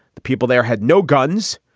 the people there had no guns.